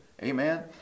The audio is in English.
amen